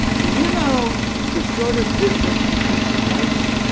do you know the shortest distance between two points?